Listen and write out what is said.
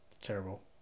terrible